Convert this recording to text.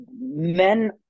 men